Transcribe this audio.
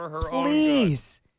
please